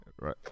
Right